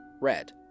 red